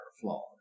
flawed